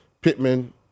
Pittman